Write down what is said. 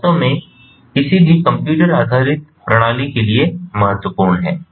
वास्तव में किसी भी कंप्यूटर आधारित प्रणाली के लिए महत्वपूर्ण है